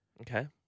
Okay